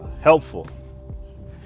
helpful